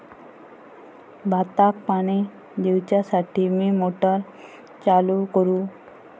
भाताक पाणी दिवच्यासाठी मी मोटर चालू करू?